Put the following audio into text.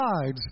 sides